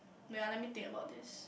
wait ah let me think about this